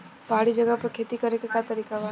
पहाड़ी जगह पर खेती करे के का तरीका बा?